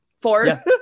four